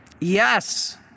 Yes